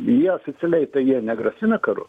jie oficialiai tai jie negrasina karu